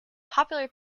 popular